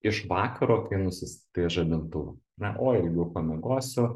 iš vakaro kai nusistatai žadintuvą na o ilgiau pamiegosiu